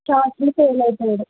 social fail అయిపోయాడు